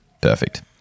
perfect